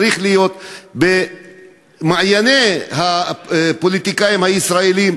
צריך להיות ממעייני הפוליטיקאים הישראלים,